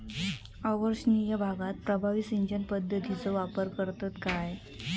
अवर्षणिय भागात प्रभावी सिंचन पद्धतीचो वापर करतत काय?